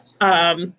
Yes